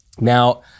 Now